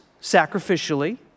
sacrificially